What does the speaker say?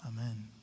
Amen